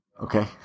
Okay